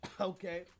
Okay